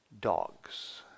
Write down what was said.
dogs